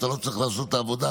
אתה לא צריך לעשות את העבודה,